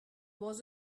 was